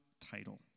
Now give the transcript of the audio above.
title